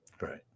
right